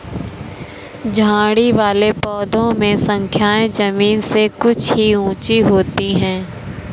झाड़ी वाले पौधों में शाखाएँ जमीन से कुछ ही ऊँची होती है